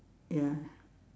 ya